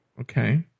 Okay